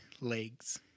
legs